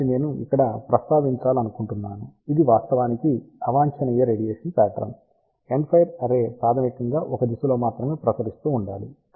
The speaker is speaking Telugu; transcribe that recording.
కాబట్టి నేను ఇక్కడ ప్రస్తావించాలనుకుంటున్నాను ఇది వాస్తవానికి అవాంఛనీయ radiation pattern end fire array ప్రాథమికంగా ఒక దిశలో మాత్రమే ప్రసరిస్తూ ఉండాలి